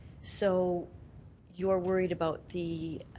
so you're worried about the